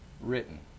written